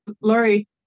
Laurie